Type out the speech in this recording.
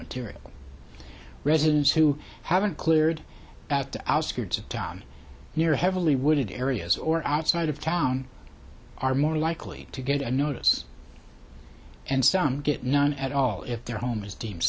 material residents who haven't cleared at the outskirts of town near heavily wooded areas or outside of town are more likely to get a notice and some get none at all if their home is dee